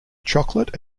chocolate